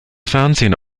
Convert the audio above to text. fernsehen